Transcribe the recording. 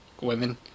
women